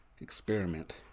experiment